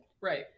right